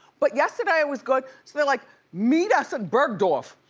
but yesterday was good. so they're like meet us at bergdorf.